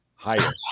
higher